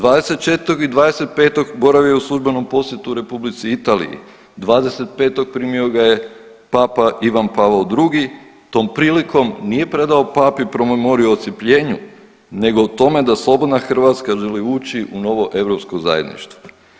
24. i 25. boravi u službenom posjetu Republici Italiji, 25. primio ga je Papa Ivan Pavao II tom prilikom nije predao Papi promemorij o odcjepljenju nego o tome da slobodna Hrvatska želi ući u novo europsko zajedništvo.